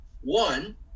One